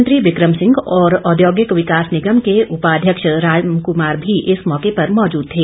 मंत्री बिकम सिंह और औद्योगिक विकास निगम के उपाध्यक्ष रामकुमार भी इस मौके पर मौजूद थे